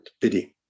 pity